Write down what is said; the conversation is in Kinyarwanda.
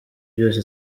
byose